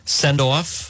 send-off